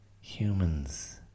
humans